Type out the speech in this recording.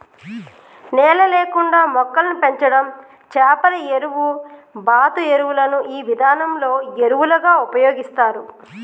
నేల లేకుండా మొక్కలను పెంచడం చేపల ఎరువు, బాతు ఎరువులను ఈ విధానంలో ఎరువులుగా ఉపయోగిస్తారు